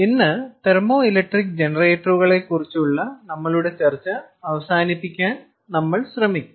ഇന്ന് thermoelectric ജനറേറ്ററുകളെക്കുറിച്ചുള്ള നമ്മളുടെ ചർച്ച അവസാനിപ്പിക്കാൻ നമ്മൾ ശ്രമിക്കും